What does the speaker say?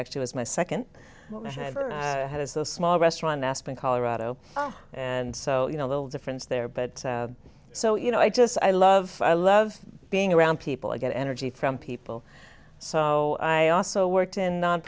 actually was my second ever had as the small restaurant aspen colorado and so you know a little difference there but so you know i just i love i love being around people i get energy from people so i also worked in